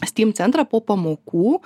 steam centrą po pamokų